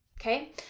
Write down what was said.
okay